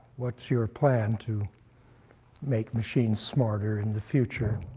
what's your plan to make machines smarter in the future?